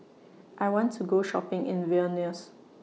I want to Go Shopping in Vilnius